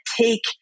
take